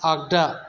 आगदा